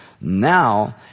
Now